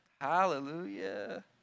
Hallelujah